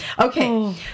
Okay